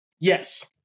Yes